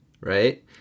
right